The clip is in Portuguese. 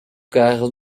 carro